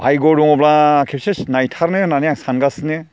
भायग्ग' दङब्ला खेबसे नायथारनो होननानै आं सानगासिनो